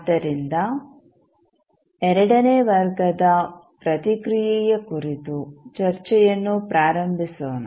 ಆದ್ದರಿಂದ ಎರಡನೇ ವರ್ಗದ ಪ್ರತಿಕ್ರಿಯೆಯ ಕುರಿತು ಚರ್ಚೆಯನ್ನು ಪ್ರಾರಂಭಿಸೋಣ